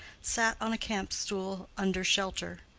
sat on a camp-stool under shelter.